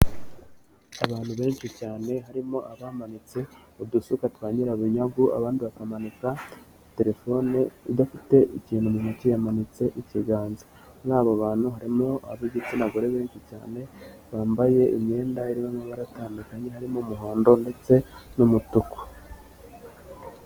Abantu benshi cyane harimo abamanitse udusuka twa nyirabunyago, abandi bakamanika telefone, udafite ikintu mutoki yamanitse ikiganza. Muri abo bantu harimo ab'igitsina gore benshi cyane, bambaye imyenda irimo baratandukanye, harimo umuhondo ndetse n'umutuku.